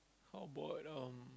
how bored um